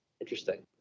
interesting